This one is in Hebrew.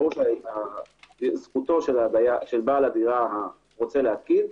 ברור שזכותו של בעל הדירה שרוצה להתקין,